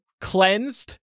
cleansed